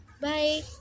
Bye